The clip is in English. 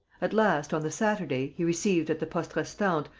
at last, on the saturday, he received, at the poste restante,